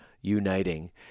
uniting